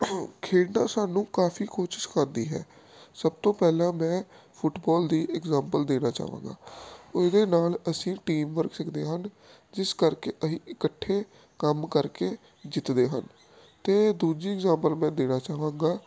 ਖੇਡਾਂ ਸਾਨੂੰ ਕਾਫੀ ਕੁਛ ਸਿਖਾਉਂਦੀ ਹੈ ਸਭ ਤੋਂ ਪਹਿਲਾਂ ਮੈਂ ਫੁੱਟਬਾਲ ਦੀ ਇਗਜਾਮਪਲ ਦੇਣਾ ਚਾਹਾਂਗਾ ਇਹਦੇ ਨਾਲ ਅਸੀਂ ਟੀਮ ਵਰਕ ਸਿੱਖਦੇ ਹਨ ਜਿਸ ਕਰਕੇ ਅਸੀਂ ਇਕੱਠੇ ਕੰਮ ਕਰਕੇ ਜਿੱਤਦੇ ਹਨ ਅਤੇ ਦੂਜੀ ਇਗਜਾਮਪਲ ਮੈਂ ਦੇਣਾ ਚਾਹਾਂਗਾ